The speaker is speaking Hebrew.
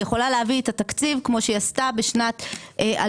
היא יכולה להביא את התקציב כמו שהיא עשתה בשנת 2018,